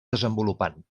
desenvolupant